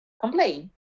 complain